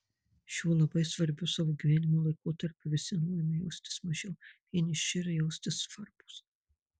šiuo labai svarbiu savo gyvenimo laikotarpiu visi norime jaustis mažiau vieniši ir jaustis svarbūs